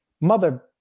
mother